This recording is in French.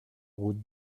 route